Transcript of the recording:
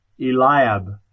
Eliab